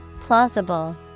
Plausible